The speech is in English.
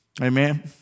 Amen